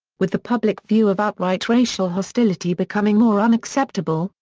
with the public view of outright racial hostility becoming more unacceptable,